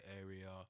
area